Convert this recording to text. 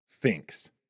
thinks